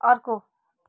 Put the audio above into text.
अर्को